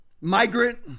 migrant